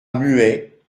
muet